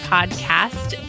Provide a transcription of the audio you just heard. Podcast